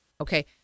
okay